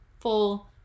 full